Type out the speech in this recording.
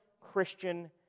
Christian